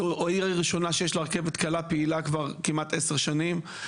זו העיר הראשונה שיש לה רכבת קלה פעילה כבר 12 שנים,